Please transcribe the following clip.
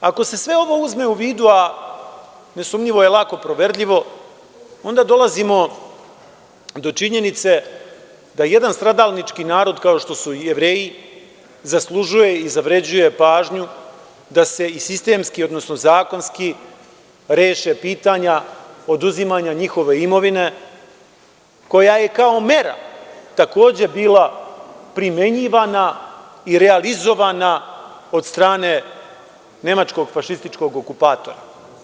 Ako se sve ovo uzme u vidu, a nesumnjivo je lako proverljivo, onda dolazimo do činjenice da jedan stradalnički narod kao što su Jevreji zaslužuje i zavređuje pažnju da se i sistemski, odnosno zakonski reše pitanja oduzimanja njihove imovine koja je kao mera takođe bila primenjivana i realizovana od strane nemačkog fašističkog okupatora.